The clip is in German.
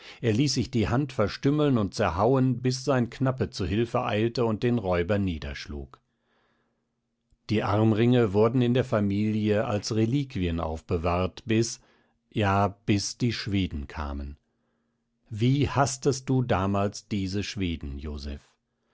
er ließ sich die hand verstümmeln und zerhauen bis sein knappe zu hilfe eilte und den räuber niederschlug die armringe wurden in der familie als reliquien aufbewahrt bis ja bis die schweden kamen wie haßtest du damals diese schweden joseph